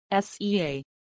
SEA